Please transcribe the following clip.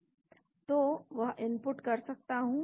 मैं वह इनपुट कर सकता हूं